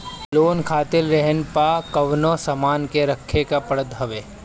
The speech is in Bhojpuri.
लोन खातिर रेहन पअ कवनो सामान के रखे के पड़त हअ